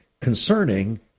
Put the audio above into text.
concerning